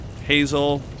Hazel